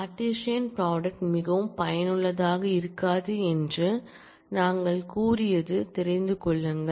Cartesian product மிகவும் பயனுள்ளதாக இருக்காது என்று நாங்கள் கூறியது தெரிந்து கொள்ளுங்கள்